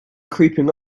creeping